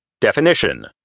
Definition